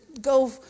go